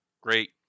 great